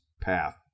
path